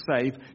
save